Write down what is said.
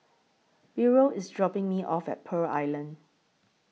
Burrel IS dropping Me off At Pearl Island